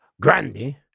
grande